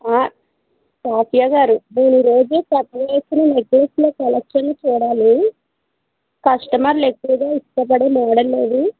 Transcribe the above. షాఫియా గారు నేను ఈరోజు స్పెషల్గా వచ్చిన నెక్లెస్ల కలెక్షన్లు చూడాలి కస్టమర్లు ఎక్కువగా ఇష్టపడే మోడల్ ఏది